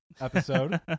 episode